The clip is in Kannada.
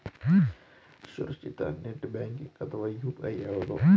ಸುರಕ್ಷಿತ ನೆಟ್ ಬ್ಯಾಂಕಿಂಗ್ ಅಥವಾ ಯು.ಪಿ.ಐ ಯಾವುದು?